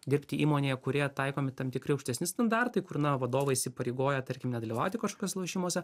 dirbti įmonėje kurioje taikomi tam tikri aukštesni standartai kur na vadovai įsipareigoja tarkim nedalyvauti kažkokiuose lošimuose